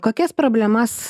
kokias problemas